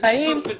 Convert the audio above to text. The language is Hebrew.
איזה איזון, גברתי?